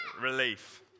relief